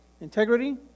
integrity